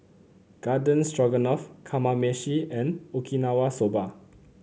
Garden Stroganoff Kamameshi and Okinawa Soba